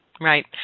Right